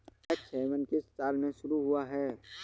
Tax haven किस साल में शुरू हुआ है?